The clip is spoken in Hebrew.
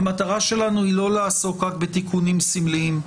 המטרה שלנו היא לא לעסוק רק בתיקונים סמליים.